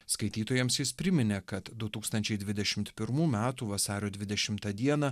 skaitytojams jis priminė kad du tūkstančiai dvidešimt pirmų metų vasario dvidešimtą dieną